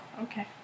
okay